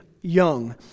young